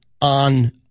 on